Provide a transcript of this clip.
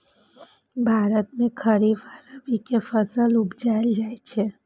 भारत मे खरीफ आ रबी के फसल उपजाएल जाइ छै